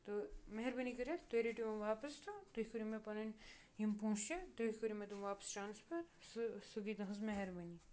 تہٕ مہربٲنی کٔرِتھ تُہۍ رٔٹِو یِم واپَس تہٕ تُہۍ کٔرِو مےٚ پَنٕنۍ یِم پونٛسہٕ چھِ تُہۍ کٔرِو مےٚ تِم واپَس ٹرٛانَسفَر سُہ سُہ گٔے تُہٕنٛز مہربٲنی